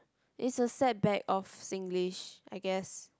is a setback of Singlish I guess